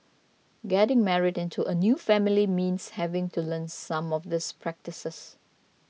getting married into a new family means having to learn some of these practices